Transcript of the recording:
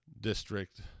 district